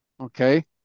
Okay